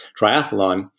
triathlon